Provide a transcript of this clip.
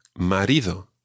marido